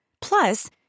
Plus